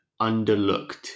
underlooked